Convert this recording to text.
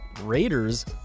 Raiders